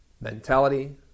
mentality